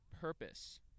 purpose